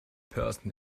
person